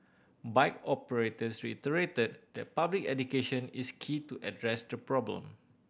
bike operators reiterated that public education is key to address the problem